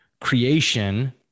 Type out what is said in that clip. creation